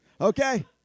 Okay